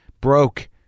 broke